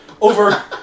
over